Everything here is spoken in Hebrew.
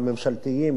במקום לעשות,